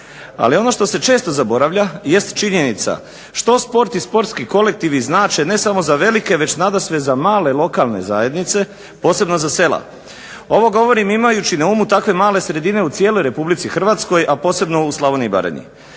Ali ono što se često zaboravlja jest činjenica što sport i sportski kolektivi znače ne samo za velike već nadasve za male lokalne zajednice posebno za sela. Ovo govorim imajući na umu takve male sredine u cijeloj Republici Hrvatskoj, a posebno u Slavoniji i Baranji.